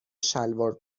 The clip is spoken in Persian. شلوار